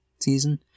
season